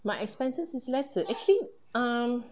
my expenses is lesser actually um